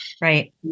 Right